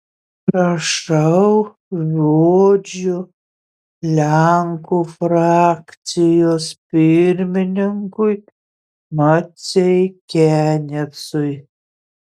prašau žodžio lenkų frakcijos pirmininkui maceikianecui